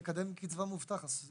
זה מקדם קצבה מובטחת,